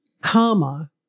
comma